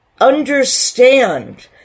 understand